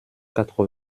quatre